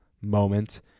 moment